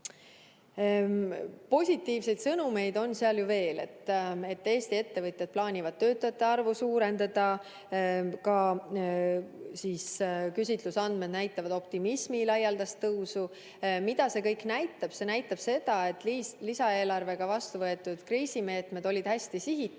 positiivseid sõnumeid on seal ju veel. Eesti ettevõtjad plaanivad töötajate arvu suurendada. Küsitlusandmed näitavad optimismi laialdast tõusu. Mida see kõik näitab? See näitab seda, et lisaeelarvega vastu võetud kriisimeetmed olid hästi sihitud